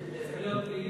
זה צריך להיות פלילי,